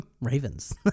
Ravens